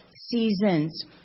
seasons